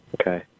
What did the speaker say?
Okay